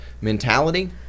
mentality